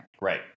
Right